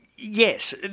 Yes